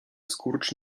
skurcz